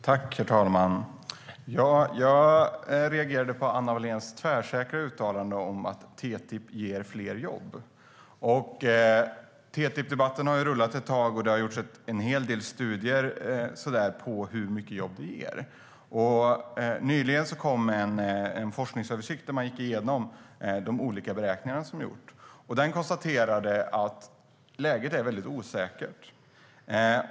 Herr talman! Jag reagerade på Anna Walléns tvärsäkra uttalande om att TTIP ger fler jobb. TTIP-debatten har rullat ett tag, och det har gjorts en hel del studier på hur mycket jobb avtalet ger. Nyligen kom en forskningsöversikt där man gick igenom de olika beräkningar som har gjorts, och man konstaterade att läget är osäkert.